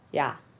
ya